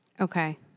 Okay